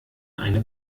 eine